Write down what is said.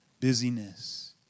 busyness